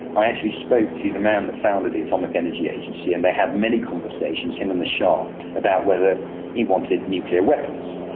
i actually spoke to the man that founded the atomic energy agency and they had many conversations, him and the shah, about whether he wanted nuclear weapons.